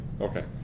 Okay